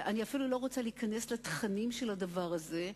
אני אפילו לא רוצה להיכנס לתכנים של הדבר הזה.